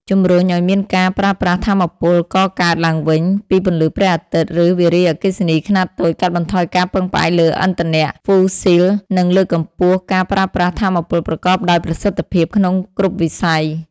ជំរុញអោយមានការប្រើប្រាស់ថាមពលកកើតឡើងវិញ ពីពន្លឺព្រះអាទិត្យ ឬ វារីអគ្គិសនីខ្នាតតូច កាត់បន្ថយការពឹងផ្អែកលើឥន្ធនៈហ្វូស៊ីល និងលើកកម្ពស់ការប្រើប្រាស់ថាមពលប្រកបដោយប្រសិទ្ធភាពក្នុងគ្រប់វិស័យ។